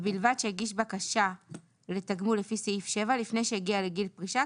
ובלבד שהגיש בקשה לתגמול לפי סעיף 7 לפני שהגיע לגיל פרישה,